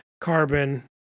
carbon